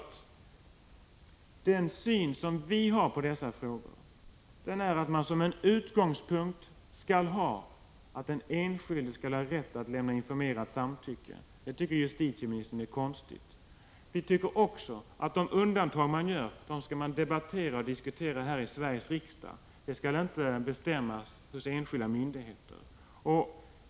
Den syn som vi företräder i dessa frågor innebär att utgångspunkten bör vara att den enskilde skall ha rätt att lämna informerat samtycke. Detta tycker justitieministern är konstigt. Vi tycker också att de undantag som görs skall debatteras och diskuteras här i Sveriges riksdag. De skall inte bestämmas hos enskilda myndigheter.